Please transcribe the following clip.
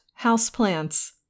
houseplants